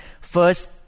first